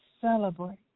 celebrate